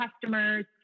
customers